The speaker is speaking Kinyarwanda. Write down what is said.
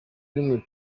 rimwe